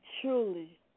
truly